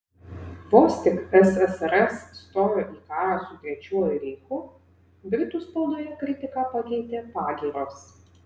vos tik ssrs stojo į karą su trečiuoju reichu britų spaudoje kritiką pakeitė pagyros